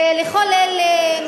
ולכל אלה,